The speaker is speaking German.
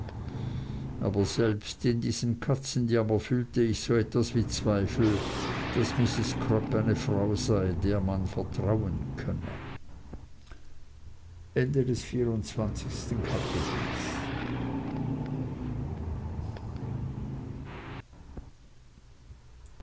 aber selbst in diesem katzenjammer fühlte ich so etwas wie zweifel daß mrs crupp eine frau sei der man vertrauen könne